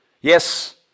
Yes